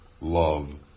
love